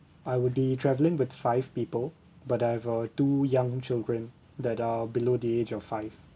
I would be travelling with five people but I have uh two young children that are below the age of five